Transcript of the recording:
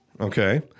Okay